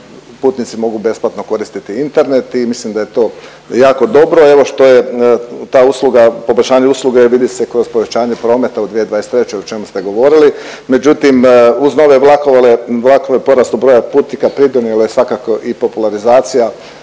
putnici mogu besplatno koristiti Internet i mislim da je to jako dobro. Evo što je ta usluga, poboljšanje usluge vidi se kroz povećanje prometa u 2023. o čemu ste govorili, međutim uz nove vlakove porastu broja putnika pridonijelo je svakako i popularizacija